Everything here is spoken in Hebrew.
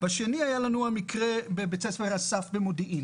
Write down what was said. ומקרה שני בבית ספר אסיף במודיעין.